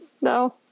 No